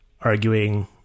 arguing